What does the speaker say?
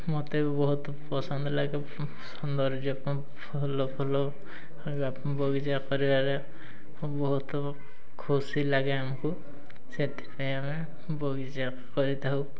ମୋତେ ବହୁତ ପସନ୍ଦ ଲାଗେ ସୌନ୍ଦର୍ଯ୍ୟ ପାଇଁ ବଗିଚା କରିବାରେ ବହୁତ ଖୁସି ଲାଗେ ଆମକୁ ସେଥିପାଇଁ ଆମେ ବଗିଚା କରିଥାଉ